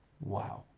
Wow